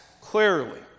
clearly